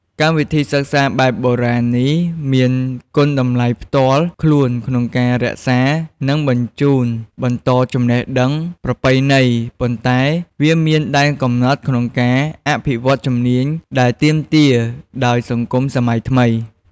កម្មវិធីសិក្សាបែបបុរាណនេះមានគុណតម្លៃផ្ទាល់ខ្លួនក្នុងការរក្សា និងបញ្ជូនបន្តចំណេះដឹងប្រពៃណី ប៉ុន្តែវាមានដែនកំណត់ក្នុងការអភិវឌ្ឍជំនាញដែលទាមទារដោយសង្គមសម័យថ្មី។